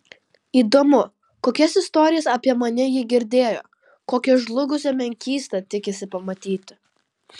įdomu kokias istorijas apie mane ji girdėjo kokią žlugusią menkystą tikisi pamatyti